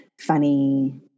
funny